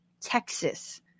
Texas